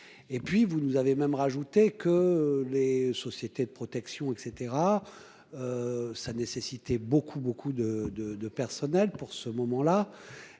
et puis vous nous avez même rajouté que les sociétés de protection et cetera. Ça nécessité beaucoup beaucoup de de de personnel pour ce moment-là